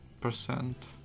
percent